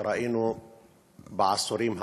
שראינו בעשורים האחרונים,